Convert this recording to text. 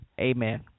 Amen